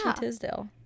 tisdale